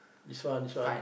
this one this one